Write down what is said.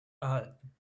erhalten